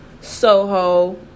Soho